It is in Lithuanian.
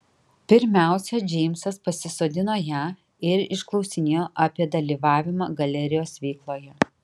pirmiausia džeimsas pasisodino ją ir išklausinėjo apie dalyvavimą galerijos veikloje